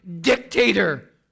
dictator